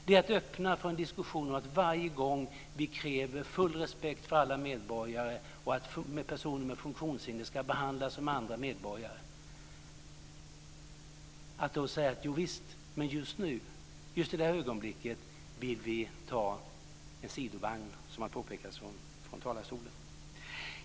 Det är att öppna för att varje gång vi kräver full respekt för alla medborgare och att personer med funktionshinder ska behandlas som andra medborgare kunna säga så här: Jovisst, men just i detta ögonblick vill vi ta en sidovagn. Det har påpekats från talarstolen.